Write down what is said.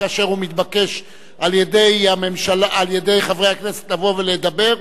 כאשר הוא מתבקש על-ידי חברי הכנסת לבוא ולדבר,